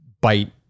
bite